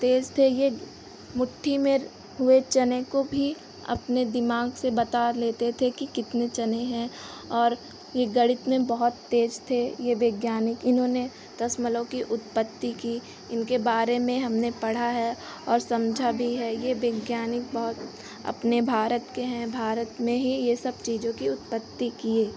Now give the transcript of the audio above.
तेज़ थे यह मुट्ठी में हुए चने को भी अपने दिमाग़ से बता लेते थे कि कितने चने हैं और यह गणित में बहुत तेज़ थे यह वैज्ञानिक इन्होंने दशमलव की उत्पत्ति की इनके बारे में हमने पढ़ा है और समझा भी है यह वैज्ञानिक बहुत अपने भारत के हैं भारत में ही यह सब चीज़ों की उत्पत्ति किए